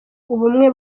ubumwe